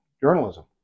journalism